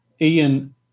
ian